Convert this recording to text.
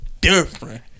Different